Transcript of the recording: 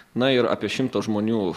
na ir apie šimtą žmonių